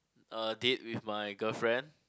a date with my girlfriend